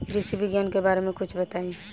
कृषि विज्ञान के बारे में कुछ बताई